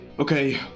Okay